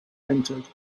entered